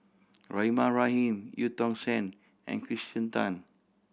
Rahimah Rahim Eu Tong Sen and Kirsten Tan